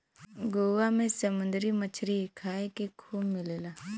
गोवा में समुंदरी मछरी खाए के लिए खूब मिलेला